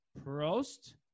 Prost